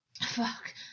Fuck